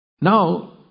Now